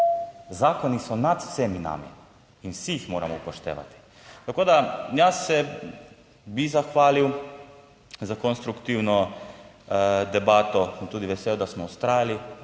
Zakoni so nad vsemi nami in vsi jih moramo upoštevati. Tako da jaz se bi zahvalil za konstruktivno debato. Sem tudi vesel, da smo vztrajali